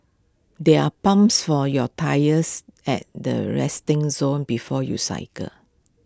there are pumps for your tyres at the resting zone before you cycle